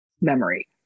memory